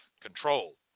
control